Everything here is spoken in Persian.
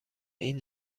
این